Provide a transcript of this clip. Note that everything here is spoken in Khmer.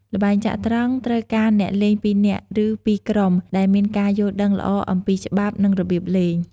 ល្បែងចត្រង្គត្រូវការអ្នកលេងពីរនាក់ ឬពីរជាក្រុម ដែលមានការយល់ដឹងល្អអំពីច្បាប់ និងរបៀបលេង។